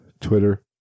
Twitter